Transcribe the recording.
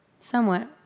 Somewhat